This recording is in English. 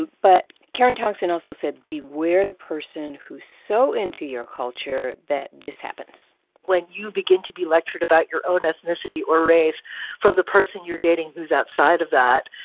but karen tongson also said beware the person who's so into your culture that this happens when you begin to be lectured about your own ethnicity or race from the person you're dating who's outside of that,